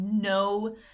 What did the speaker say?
no